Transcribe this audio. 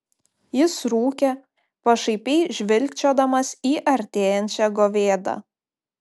jis rūkė pašaipiai žvilgčiodamas į artėjančią govėdą